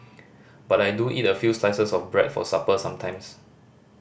but I do eat a few slices of bread for supper sometimes